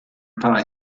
paar